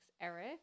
Eric